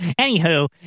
Anywho